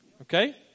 okay